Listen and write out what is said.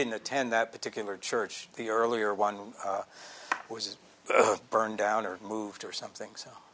didn't attend that particular church the earlier one was burned down or moved or something so